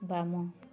ବାମ